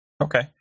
Okay